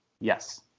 yes